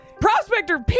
Prospector